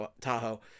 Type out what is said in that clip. Tahoe